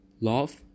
love